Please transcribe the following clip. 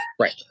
right